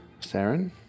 Saren